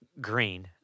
green